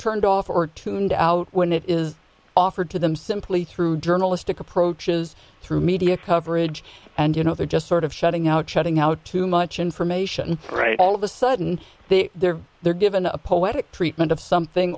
turned off or tuned out when it is offered to them simply through journalistic approaches through media coverage and you know they're just sort of shutting out shutting out too much information right all of a sudden they're given a poetic treatment of something